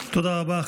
תודה רבה.